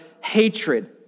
hatred